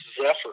Zephyr